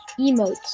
emotes